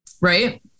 Right